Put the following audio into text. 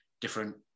different